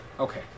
Okay